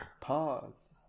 Pause